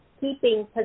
keeping